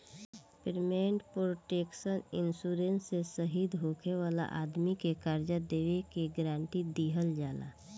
payment protection insurance से शहीद होखे वाला आदमी के कर्जा देबे के गारंटी दीहल जाला